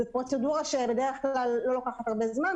זו פרוצדורה שבדרך כלל לא לוקחת הרבה זמן,